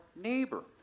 neighbor